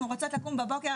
אנחנו רוצות לקום בבוקר,